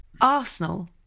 Arsenal